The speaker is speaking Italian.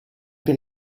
per